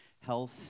health